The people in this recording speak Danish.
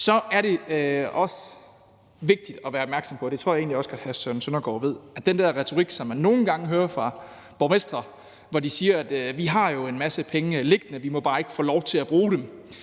Så er det også vigtigt, at være opmærksom på – og det tror jeg egentlig også godt hr. Søren Søndergaard ved – at den der retorik, som man nogle gange hører fra borgmestre, med, at de har en masse penge liggende, men at de bare ikke kan få lov til at bruge dem,